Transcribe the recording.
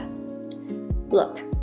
Look